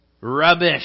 Rubbish